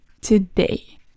today